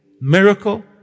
miracle